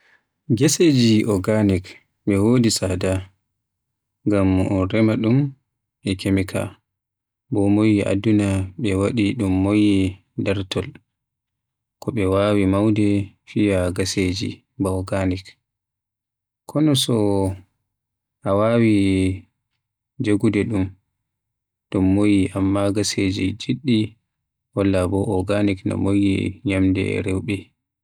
Geseji organic ɓe wodi tsada, ngam un remaa dum e kemika. Ɓe moƴƴi e aduna, ɓe waɗi ɗum moƴƴere darndol. Ko ɓe waawi waawde fiya geseji ba organic, kono so a waawi jogude ɗum, ɗum moƴƴi. Amma ko geseji jeɗɗi, walla ba organic, no moƴƴi e nyaamde rewɓe.